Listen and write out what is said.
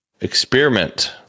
experiment